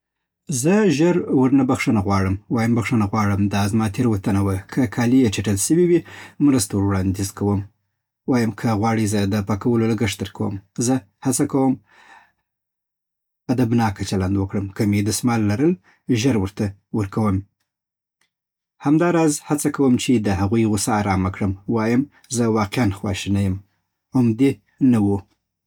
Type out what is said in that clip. زه ژر ورنه بخښنه غواړم. وایم: «بخښنه غواړم، دا زما تېروتنه وه.» که کالي یې چټل سوي وي، مرسته وړاندیز کوم. وایم: «که غواړئ، زه د پاکولو لګښت درکوم.» زه هڅه کوم ادبناکه چلند وکړم. که مې دستمال لرل، ژر ورته ورکوم. همداراز، هڅه کوم چې د هغوی غصه آرامه کړم. وایم: «زه واقعاً خواشینی یم، عمدي نه وو.